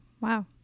wow